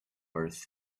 earth